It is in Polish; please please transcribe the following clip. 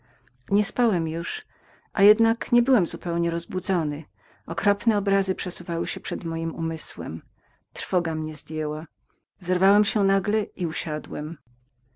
nie spałem już a jednak nie byłem zupełnie rozbudzony okropne obrazy przesuwały się przed moim umysłem trwoga mnie zdjęła zerwałem się nagle i